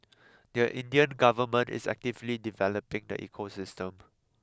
the Indian government is actively developing the ecosystem